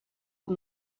com